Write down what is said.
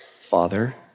Father